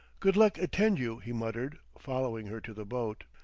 good luck attend you, he muttered, following her to the boat.